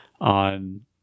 on